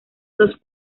los